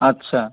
আচ্ছা